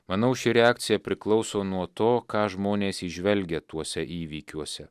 manau ši reakcija priklauso nuo to ką žmonės įžvelgia tuose įvykiuose